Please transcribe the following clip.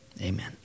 amen